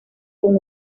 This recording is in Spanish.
con